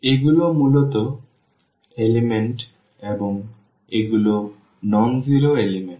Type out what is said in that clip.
এগুলি মূল উপাদান এবং এগুলো অ শূন্য উপাদান